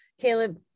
Caleb